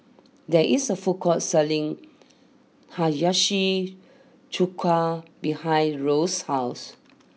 there is a food court selling Hiyashi Chuka behind Rose's house